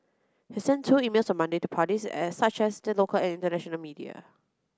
he sent two emails on Monday to parties as such as the local and international media